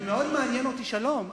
מאוד מעניין אותי שלום.